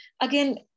again